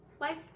Life